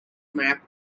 map